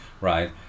right